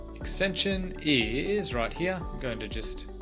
extension is right here going to. just